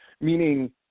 meaning